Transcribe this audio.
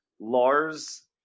Lars